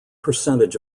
percentage